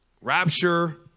rapture